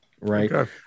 right